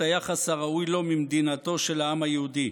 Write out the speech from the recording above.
את היחס הראוי לו ממדינתו של העם היהודי.